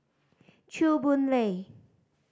Chew Boon Lay